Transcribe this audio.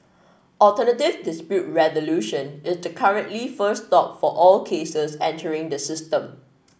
alternative dispute resolution is the currently first stop for all cases entering the system